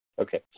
Okay